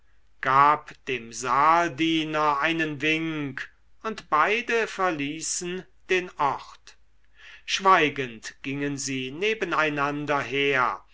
gab dem saaldiener einen wink und beide verließen den ort schweigend gingen sie nebeneinander her